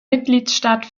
mitgliedstaat